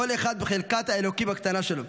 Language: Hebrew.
כל אחד בחלקת האלוקים הקטנה שלו.